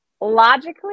Logically